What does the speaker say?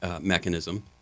mechanism